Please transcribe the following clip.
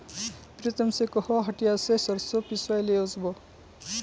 प्रीतम स कोहो हटिया स सरसों पिसवइ ले वस बो